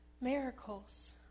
Miracles